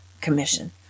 Commission